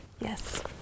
Yes